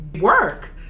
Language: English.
work